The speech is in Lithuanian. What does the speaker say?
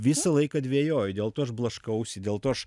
visą laiką dvejoju dėl to aš blaškausi dėl to aš